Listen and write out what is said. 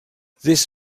this